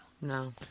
No